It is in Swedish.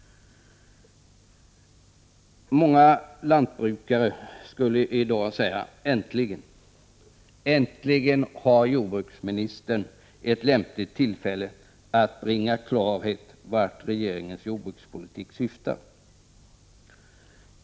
Många lantbrukare skulle i dag säga: Äntligen! Äntligen har jordbruksministern ett lämpligt tillfälle att bringa klarhet om vart regeringens jordbrukspolitik syftar.